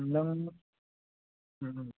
नों उम